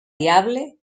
diable